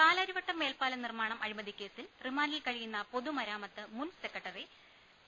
പാലാരിവട്ടം മേൽപ്പാലം നിർമ്മാണം അഴിമതിക്കേസിൽ റിമാന്റിൽ കഴിയുന്ന പൊതുമരാമത്ത് മുൻ സെക്രട്ടറി ടി